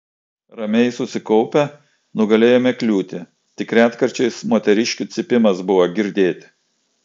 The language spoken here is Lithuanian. ramiai susikaupę nugalėjome kliūtį tik retkarčiais moteriškių cypimas buvo girdėti